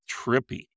trippy